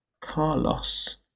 Carlos